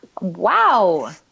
wow